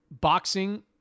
boxing